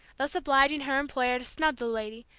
thus obliging her employer to snub the lady,